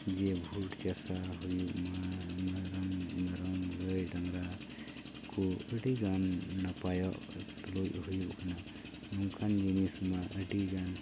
ᱡᱮ ᱵᱷᱩᱴ ᱪᱟᱥ ᱦᱚᱸ ᱦᱩᱭᱩᱜᱢᱟ ᱢᱮᱨᱚᱢ ᱜᱟᱹᱭ ᱰᱟᱝᱨᱟ ᱠᱚ ᱟᱹᱰᱤ ᱜᱟᱱ ᱱᱟᱯᱟᱭᱚᱜ ᱛᱩᱞᱩᱡ ᱦᱩᱭᱩᱜ ᱠᱟᱱᱟ ᱱᱚᱝᱠᱟᱱ ᱡᱤᱱᱤᱥᱢᱟ ᱟᱹᱰᱤ ᱜᱟᱱ